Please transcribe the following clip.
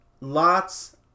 Lots